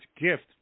gift